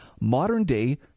modern-day